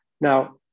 Now